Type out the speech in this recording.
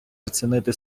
оцінити